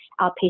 outpatient